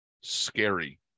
scary